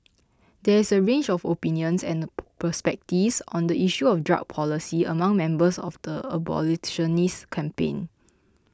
there is a range of opinions and perspectives on the issue of drug policy among members of the abolitionist campaign